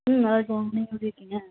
ம் நல்லாயிருக்கோம் நீங்கள் எப்படி இருக்கிங்க